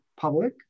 public